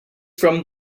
from